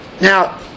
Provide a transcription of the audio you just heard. Now